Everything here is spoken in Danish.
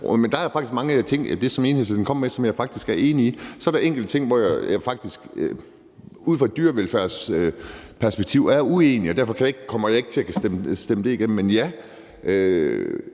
ved det næste forslag – som jeg er enig i. Så er der enkelte ting, som jeg ud fra et dyrevelfærdsperspektiv er uenig i, og derfor kommer jeg ikke til at stemme det igennem. Men ja,